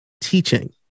teaching